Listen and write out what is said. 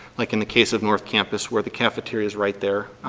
like in the case of north campus where the cafeteria is right there,